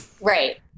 Right